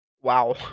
Wow